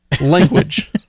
language